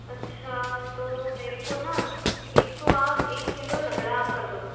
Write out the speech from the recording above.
अच्छा तो मेरे को ना एक तो आप एक किलो लंगड़ा आम कर दो